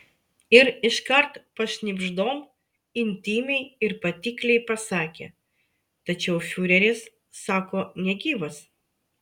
ir iškart pašnibždom intymiai ir patikliai pasakė tačiau fiureris sako negyvas